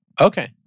Okay